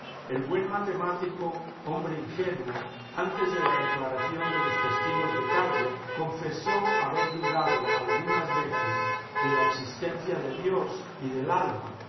el buen matemático hombre ingenuo antes de la declaración de los testigos de cargo confesó haber dudado algunas veces de la existencia de dios y del ahna